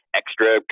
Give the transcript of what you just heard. extra